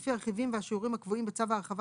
לפי הרכיבים והשיעורים הקבועים בצו ההרחבה